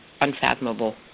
unfathomable